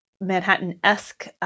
Manhattan-esque